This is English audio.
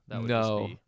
no